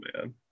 man